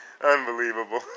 unbelievable